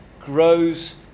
grows